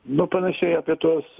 nu panašiai apie tuos